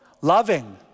Loving